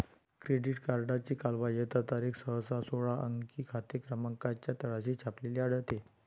credit कार्डची कालबाह्यता तारीख सहसा सोळा अंकी खाते क्रमांकाच्या तळाशी छापलेली आढळते